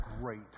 great